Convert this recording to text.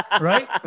Right